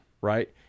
right